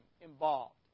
involved